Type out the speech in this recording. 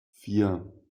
vier